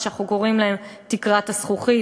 מה שאנחנו קוראים לו "תקרת הזכוכית".